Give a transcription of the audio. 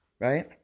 Right